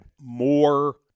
more